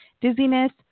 dizziness